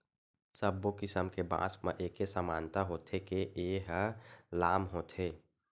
सब्बो किसम के बांस म एके समानता होथे के ए ह लाम होथे